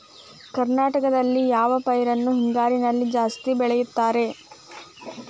ಕರ್ನಾಟಕದಲ್ಲಿ ಯಾವ ಪೈರನ್ನು ಹಿಂಗಾರಿನಲ್ಲಿ ಜಾಸ್ತಿ ಬೆಳೆಯುತ್ತಾರೆ?